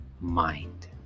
mind